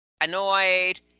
annoyed